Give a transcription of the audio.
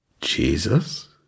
Jesus